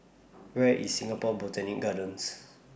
Where IS Singapore Botanic Gardens